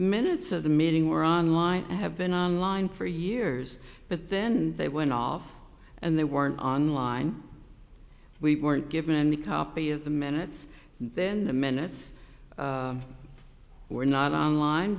minutes of the meeting were online i have been on line for years but then they went off and they weren't online we weren't given the copy of the minutes then the minutes were not on line